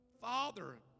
Father